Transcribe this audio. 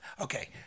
Okay